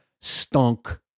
Stunk